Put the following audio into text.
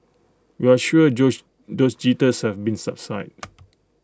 we're sure those jitters have been subsided